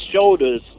shoulders